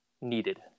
needed